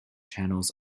channels